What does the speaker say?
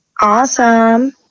Awesome